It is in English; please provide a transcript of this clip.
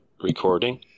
recording